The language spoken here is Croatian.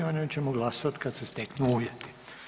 O njoj ćemo glasovati kada se steknu uvjeti.